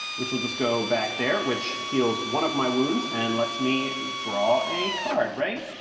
which will just go back there, which heals one of my wounds and lets me draw a card, right?